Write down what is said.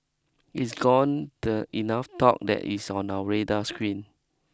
it's gone the enough talk that it's on our radar screen